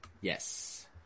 Yes